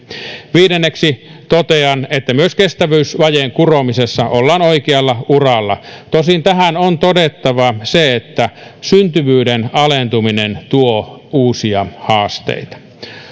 viidenneksi totean että myös kestävyysvajeen kuromisessa ollaan oikealla uralla tosin tähän on todettava se että syntyvyyden alentuminen tuo uusia haasteita